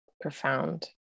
profound